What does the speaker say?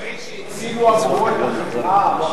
אחרי שהצילו עבורו את החברה.